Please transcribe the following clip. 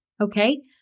Okay